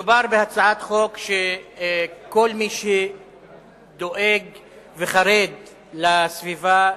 מדובר בהצעת חוק שכל מי שדואג וחרד לסביבה,